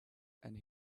and